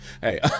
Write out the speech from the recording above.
Hey